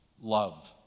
love